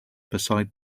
beside